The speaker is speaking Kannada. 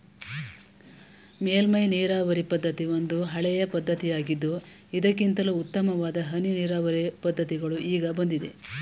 ಮೇಲ್ಮೈ ನೀರಾವರಿ ಪದ್ಧತಿ ಒಂದು ಹಳೆಯ ಪದ್ಧತಿಯಾಗಿದ್ದು ಇದಕ್ಕಿಂತಲೂ ಉತ್ತಮವಾದ ಹನಿ ನೀರಾವರಿ ಪದ್ಧತಿಗಳು ಈಗ ಬಂದಿವೆ